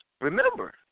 Remember